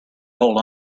hold